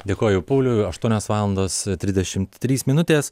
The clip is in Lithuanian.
dėkoju pauliui aštuonios valandos trisdešim trys minutės